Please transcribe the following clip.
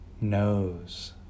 nose